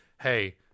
hey